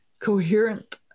coherent